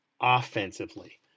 offensively